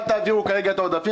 אל תעבירו כרגע את העודפים,